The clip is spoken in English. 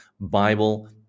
Bible